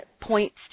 points